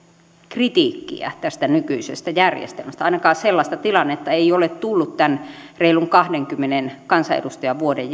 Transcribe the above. kritiikkiä tästä nykyisestä järjestelmästä ainakaan sellaista tilannetta ei ole tullut tämän reilun kahdenkymmenen kansanedustajavuoden